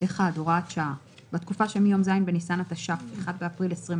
הוראת שעה בתקופה שמיום ז' בניסן התש"ף (1 באפריל 2020)